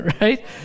right